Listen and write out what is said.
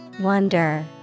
Wonder